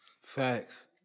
Facts